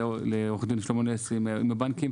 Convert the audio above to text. עו"ד שלמה נס עם הבנקים,